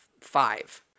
five